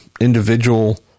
individual